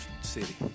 city